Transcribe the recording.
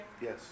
Yes